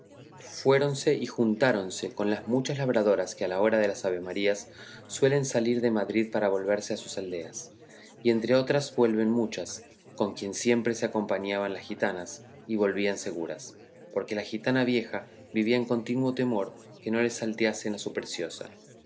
caballerías fuéronse y juntáronse con las muchas labradoras que a la hora de las avemarías suelen salir de madrid para volverse a sus aldeas y entre otras vuelven muchas con quien siempre se acompañaban las gitanas y volvían seguras porque la gitana vieja vivía en continuo temor no le salteasen a